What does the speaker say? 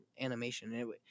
animation